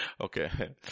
okay